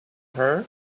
her